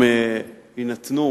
אם יינתנו